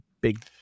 big